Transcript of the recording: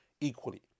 equally